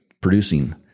producing